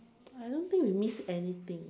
I don't think we missed anything